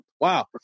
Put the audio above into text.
Wow